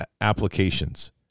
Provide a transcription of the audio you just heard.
applications